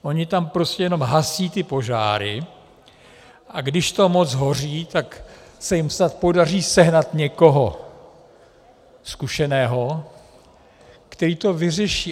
Oni tam prostě jenom hasí požáry, a když to moc hoří, tak se jim snad podaří sehnat někoho zkušeného, který to vyřeší.